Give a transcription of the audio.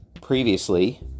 previously